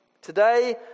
Today